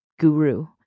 Guru